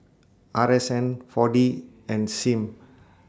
R S N four D and SIM